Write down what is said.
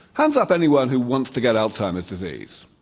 hands up anyone who wants to get alzheimer's disease.